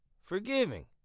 forgiving